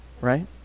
right